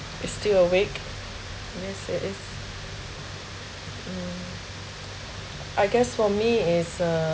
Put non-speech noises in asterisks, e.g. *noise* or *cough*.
is still awake yes it is mm *breath* I guess for me is